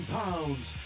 pounds